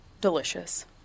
delicious